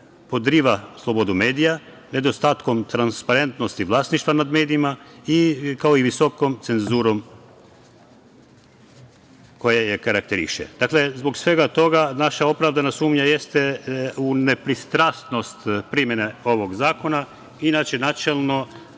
podriva slobodu medija nedostatkom transparentnosti vlasništva nad medijima, kao i visokom cenzurom koja je karakteriše. Dakle, zbog svega toga naša opravdana sumnja jeste u nepristrasnost primene ovog zakona. Inače, načelno